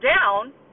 down